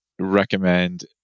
recommend